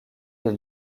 des